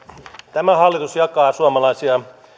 tämä hallitus jakaa suomalaista